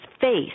face